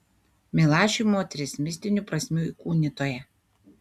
milašiui moteris mistinių prasmių įkūnytoja